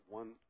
one